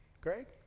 Greg